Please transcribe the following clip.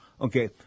Okay